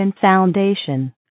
Foundation